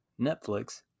netflix